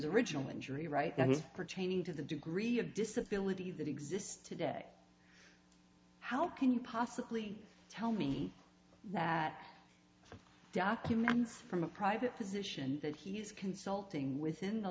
the original injury right now he's pertaining to the degree of disability that exists today how can you possibly tell me that documents from a private physician that he's consulting with in the